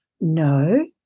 no